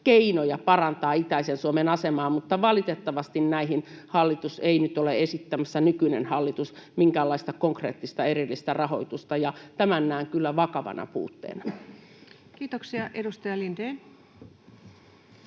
keinoja parantaa itäisen Suomen asemaa, mutta valitettavasti näihin nykyinen hallitus ei nyt ole esittämässä minkäänlaista konkreettista erillistä rahoitusta. Tämän näen kyllä vakavana puutteena. [Speech 358]